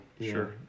sure